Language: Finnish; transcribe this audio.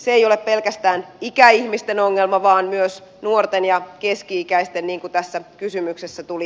se ei ole pelkästään ikäihmisten ongelma vaan myös nuorten ja keski ikäisten niin kuin tässä kysymyksessä tuli